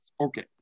Okay